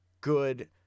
good